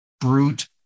brute